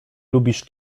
lubisz